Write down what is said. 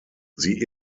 sie